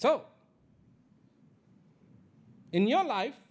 so in your life